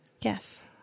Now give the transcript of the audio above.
yes